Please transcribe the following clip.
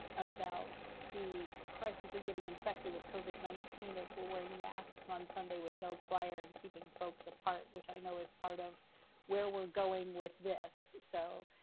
about the crisis of getting infected with covid nineteen, if we're wearing masks on sunday with no choir and keeping folks apart, which i know is part of where we're going with this, so